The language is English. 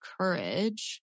courage